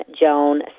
Joan